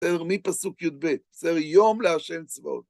בסדר, מפסוק יב, בסדר, יום להשם צבאות.